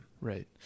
Right